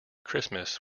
christmas